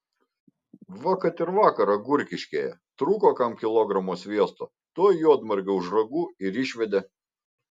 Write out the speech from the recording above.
va kad ir vakar agurkiškėje trūko kam kilogramo sviesto tuoj juodmargę už ragų ir išvedė